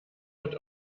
wird